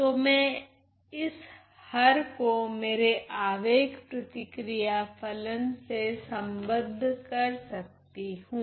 तो मैं इस हर को मेरे आवेग प्रतिक्रिया फलन से संबद्ध कर सकती हूँ